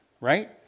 right